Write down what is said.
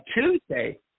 Tuesday